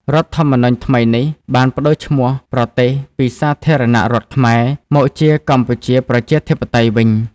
រដ្ឋធម្មនុញ្ញថ្មីនេះបានប្តូរឈ្មោះប្រទេសពី «សាធារណរដ្ឋខ្មែរ» មកជា «កម្ពុជាប្រជាធិបតេយ្យ» វិញ។